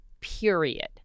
period